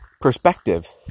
perspective